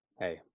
hey